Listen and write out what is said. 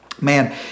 man